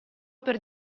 per